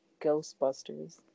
Ghostbusters